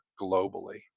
globally